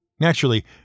Naturally